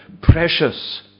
precious